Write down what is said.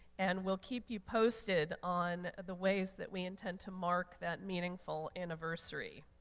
and we'll keep you posted on the ways that we intend to mark that meaningful anniversary.